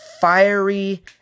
fiery